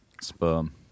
sperm